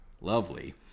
Lovely